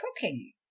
cooking